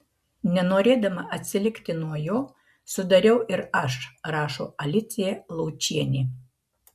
nenorėdama atsilikti nuo jo sudariau ir aš rašo alicija laučienė